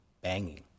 banging